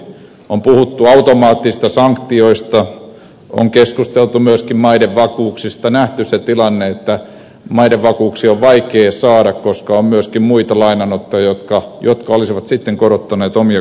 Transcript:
on puhuttu automaattisista sanktioista on keskusteltu myöskin maiden vakuuksista nähty se tilanne että maiden vakuuksia on vaikea saada koska on myöskin muita lainanottajia jotka olisivat sitten korottaneet omia korkojaan